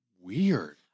weird